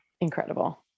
Incredible